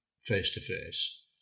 face-to-face